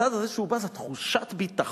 בצד הזה שהוא בא זו תחושת ביטחון,